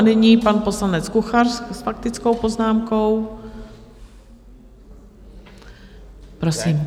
Nyní pan poslanec Kuchař s faktickou poznámkou, prosím.